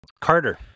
Carter